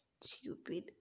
stupid